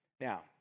Now